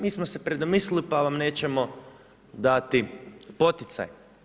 Mi smo predomislili pa vam nećemo dati poticaje.